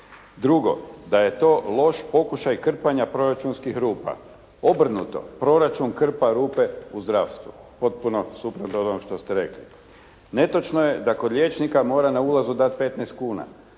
Drugo, da je to loš pokušaj krpanja proračunskih rupa. Obrnuto, proračun krpa rupe u zdravstvu. Potpuno suprotno od onog što ste rekli. Netočno je da kod liječnika mora na ulazu dati 15 kuna.